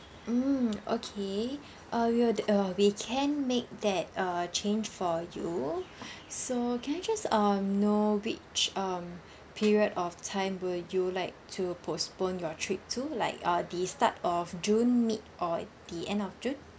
mm okay uh we would uh we can make that uh change for you so can I just um know which um period of time will you like to postpone your trip to like uh the start of june mid or the end of june